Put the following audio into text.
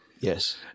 yes